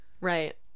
Right